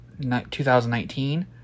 2019